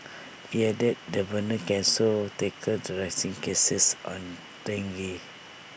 he added the burners can also tackle the rising cases on dengue